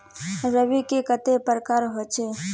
रवि के कते प्रकार होचे?